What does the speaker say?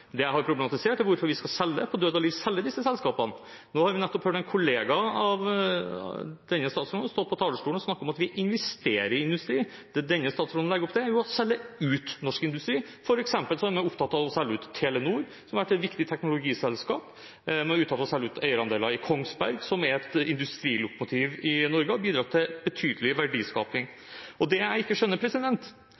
Det jeg har problematisert, er hvorfor vi på død og liv skal selge disse selskapene. Nå har vi nettopp hørt en kollega av statsråden stå på talerstolen og snakke om at vi investerer i industri. Det denne statsråden legger opp til, er å selge ut norsk industri. For eksempel er man opptatt av å selge ut Telenor, som har vært et viktig teknologiselskap. Nå snakker man om å selge ned eierandeler i Kongsberg Gruppen, et industrilokomotiv i Norge som har bidratt til betydelig verdiskaping.